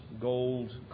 gold